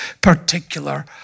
particular